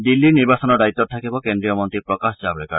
দিল্লীৰ নিৰ্বাচনৰ দায়িত্বত থাকিব কেন্দ্ৰীয় মন্ত্ৰী প্ৰকাশ জাঘেকাৰ